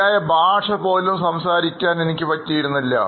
ശരിയായ ഭാഷ പോലും സംസാരിക്കാൻ പറ്റിയിരുന്നില്ല